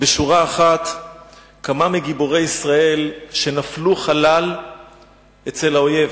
בשורה אחת כמה מגיבורי ישראל שנפלו חלל אצל האויב.